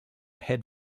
head